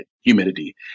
humidity